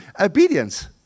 Obedience